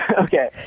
Okay